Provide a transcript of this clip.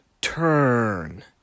turn